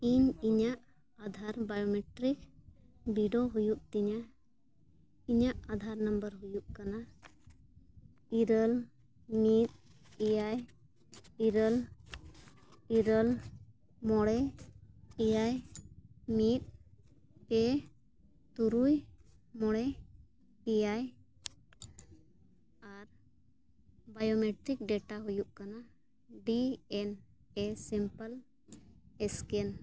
ᱤᱧ ᱤᱧᱟᱹᱜ ᱟᱫᱷᱟᱨ ᱵᱟᱭᱳᱢᱮᱴᱨᱤᱠ ᱵᱤᱰᱟᱹᱣ ᱦᱩᱭᱩᱜ ᱛᱤᱧᱟᱹ ᱤᱧᱟᱹᱜ ᱟᱫᱷᱟᱨ ᱱᱟᱢᱵᱟᱨ ᱦᱳᱭᱳᱜ ᱠᱟᱱᱟ ᱤᱨᱟᱹᱞ ᱢᱤᱫ ᱮᱭᱟᱭ ᱤᱨᱟᱹᱞ ᱤᱨᱟᱹᱞ ᱢᱚᱬᱮ ᱮᱭᱟᱭ ᱢᱤᱫ ᱯᱮ ᱛᱩᱨᱩᱭ ᱢᱚᱬᱮ ᱮᱭᱟᱭ ᱟᱨ ᱵᱟᱭᱳᱢᱮᱴᱨᱤᱠ ᱰᱮᱴᱟ ᱦᱩᱭᱩᱜ ᱠᱟᱱᱟ D N A simple scan